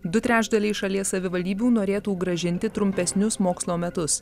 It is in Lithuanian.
du trečdaliai šalies savivaldybių norėtų grąžinti trumpesnius mokslo metus